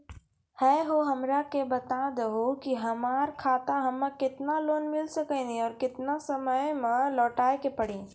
है हो हमरा के बता दहु की हमार खाता हम्मे केतना लोन मिल सकने और केतना समय मैं लौटाए के पड़ी?